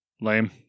Lame